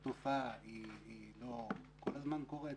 התופעה לא כל הזמן קורית,